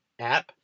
app